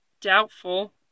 Doubtful